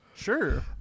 Sure